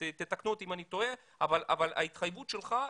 תתקנו אותי אם אני טועה, אבל ההתחייבות שלך.